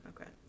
Okay